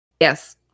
Yes